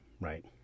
right